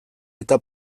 eta